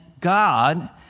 God